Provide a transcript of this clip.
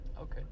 Okay